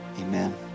Amen